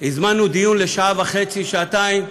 הזמנו לשעה וחצי או שעתיים,